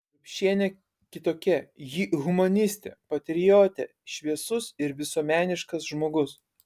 urbšienė kitokia ji humanistė patriotė šviesus ir visuomeniškas žmogus